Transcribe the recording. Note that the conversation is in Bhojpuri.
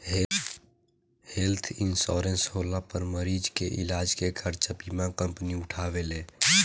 हेल्थ इंश्योरेंस होला पर मरीज के इलाज के खर्चा बीमा कंपनी उठावेले